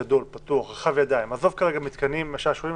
עזוב כרגע מתקני שעשועים,